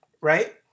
right